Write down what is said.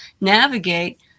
navigate